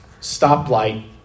stoplight